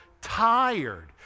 tired